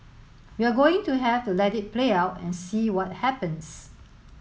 we're going to have to let it play out and see what happens